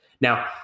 Now